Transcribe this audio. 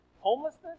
homelessness